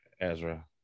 Ezra